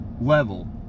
level